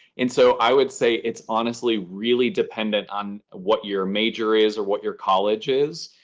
and so i would say it's honestly really dependent on what your major is or what your college is.